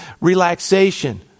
relaxation